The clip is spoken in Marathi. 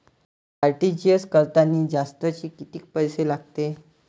आर.टी.जी.एस करतांनी जास्तचे कितीक पैसे लागते?